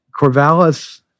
Corvallis